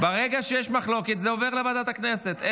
ברגע שיש מחלוקת זה עובר לוועדת הכנסת.